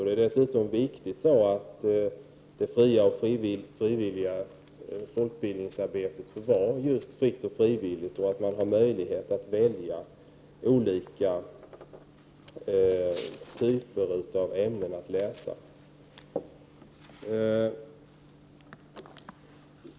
Det är dessutom viktigt att det fria och frivilliga folkbildningsarbetet får vara just fritt och frivilligt och att man har möjlighet att välja olika typer av ämnen att läsa.